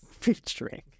Featuring